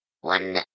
One